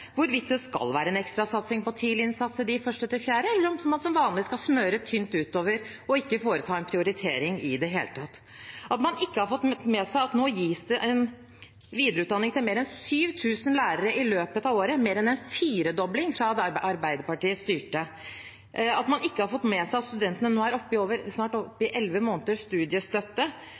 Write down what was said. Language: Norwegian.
hvorvidt det skal være en ekstra satsing på tidlig innsats for dem på 1.–4. trinn, eller om man som vanlig skal smøre tynt utover og ikke foreta en prioritering i det hele tatt at man ikke har fått med seg at det nå gis videreutdanning til mer enn 7 000 lærere i løpet av året – mer enn en firedobling fra da Arbeiderpartiet styrte at man ikke har fått med seg at studentene snart er oppe i over elleve måneders studiestøtte